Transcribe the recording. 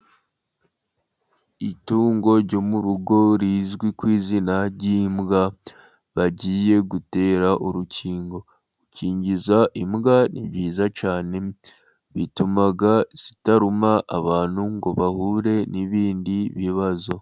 Itungo ryo mu rugo rizwi ku izina ry'imbwa bagiye gutera urukingo. Gukingiza imbwa ni byiza cyane, bituma zitaruma abantu ngo bahure n'ibindi bibazo.